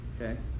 okay